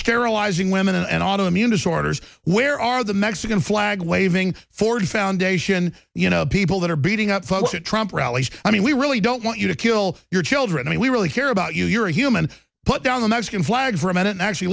sterilizing women and auto immune disorders where are the mexican flag waving ford foundation you know people that are beating up folks at trump rallies i mean we really don't want you to kill your children we really care about you you're a human put down the mexican flag for a minute and actually